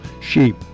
sheep